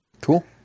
Cool